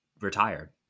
retired